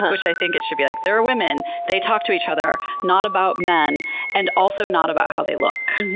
which i think it should be, like there are women, they talk to each other, not about men and also not about how they look.